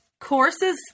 courses